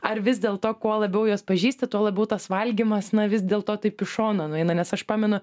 ar vis dėlto kuo labiau juos pažįsti tuo labiau tas valgymas na vis dėl to taip į šoną nueina nes aš pamenu